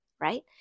right